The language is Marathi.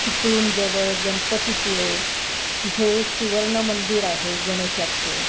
चिपळूण जवळ गणपतीपुळे तिथे सुवर्ण मंदिर आहे गणेशाचं